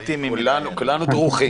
אתה אופטימי --- כולנו דרוכים.